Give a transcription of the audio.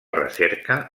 recerca